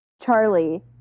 Charlie